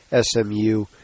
SMU